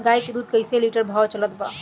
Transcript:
गाय के दूध कइसे लिटर भाव चलत बा?